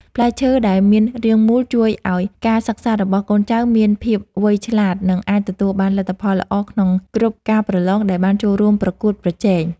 ផ្លែឈើដែលមានរាងមូលជួយឱ្យការសិក្សារបស់កូនចៅមានភាពវៃឆ្លាត និង អាចទទួលបានលទ្ធផលល្អក្នុងគ្រប់ការប្រឡងដែលបានចូលរួមប្រកួតប្រជែង។